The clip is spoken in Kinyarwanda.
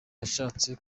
yashatse